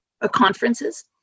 Conferences